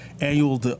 annual